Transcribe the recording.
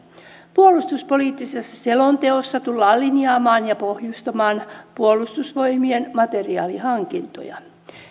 puolustuspoliittisessa selonteossa tullaan linjaamaan ja pohjustamaan puolustusvoimien materiaalihankintoja